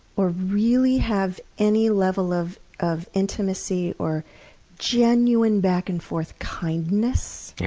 or really have any level of of intimacy or genuine back-and-forth kindness. yeah,